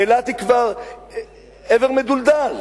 אילת היא כבר איבר מדולדל,